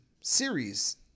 series